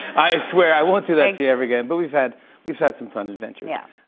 i swear i won't do that to you ever again. but we've had we've had some fun adventures. yeah.